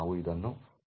ಪ್ರೇರಕ ಉದಾಹರಣೆ